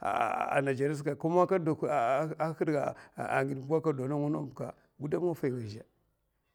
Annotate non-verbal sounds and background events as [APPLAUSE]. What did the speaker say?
hahuè nigeria sata koman ako do mama maffay tazhè [NOISE]